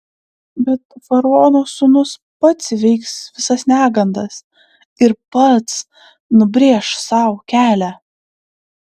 bet faraono sūnus pats įveiks visas negandas ir pats nubrėš sau kelią